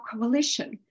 Coalition